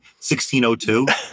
1602